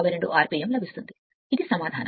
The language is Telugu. కాబట్టి n 1 752 rpm ఇది సమాధానం